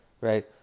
right